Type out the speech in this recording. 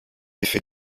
effets